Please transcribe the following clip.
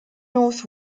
north